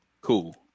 Cool